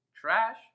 trash